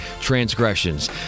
transgressions